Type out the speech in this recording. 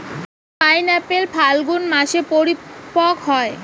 pineapple Falgun মাসে পরিপক্ব হয়